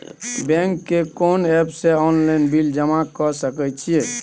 Bank के कोन app से ऑनलाइन बिल जमा कर सके छिए?